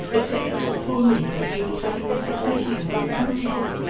except it was the poor meals that you have taken with such good humour and content,